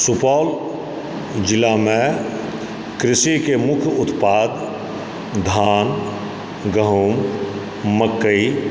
सुपौल जिलामे कृषिके मुख्य उत्पाद धान गहुँम मकइ